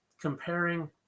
comparing